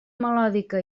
melòdica